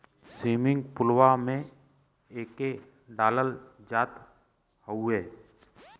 swimming पुलवा में एके डालल जात हउवे